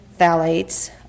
phthalates